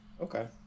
Okay